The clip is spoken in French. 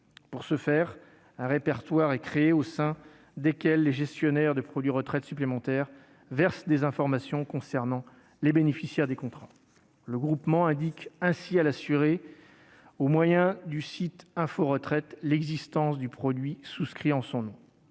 Pour ce faire, un répertoire sera créé, au sein duquel les gestionnaires de produits d'épargne retraite supplémentaire verseront des informations concernant les bénéficiaires des contrats. Le groupement indiquera ainsi à l'assuré, au travers du site Info retraite, l'existence du ou des produits souscrits à son nom.